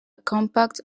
compact